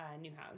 Newhouse